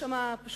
יש שם פשוט